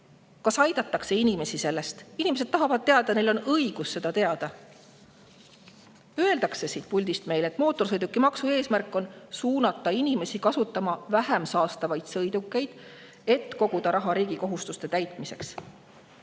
Kas aidatakse inimesi sellega? Inimesed tahavad teada, neil on õigus seda teada. Öeldakse siit puldist meile, et mootorsõidukimaksu eesmärk on suunata inimesi kasutama vähem saastavaid sõidukeid ja koguda raha riigi kohustuste täitmiseks.